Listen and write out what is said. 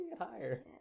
higher